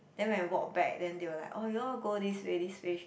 then when we walk back then they will like orh you all go this way this way